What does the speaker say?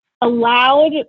allowed